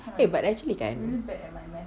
eh but actually kan